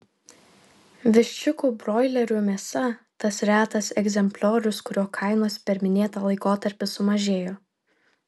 viščiukų broilerių mėsa tas retas egzempliorius kurio kainos per minėtą laikotarpį sumažėjo